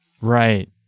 Right